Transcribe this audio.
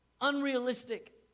unrealistic